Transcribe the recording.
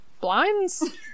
blinds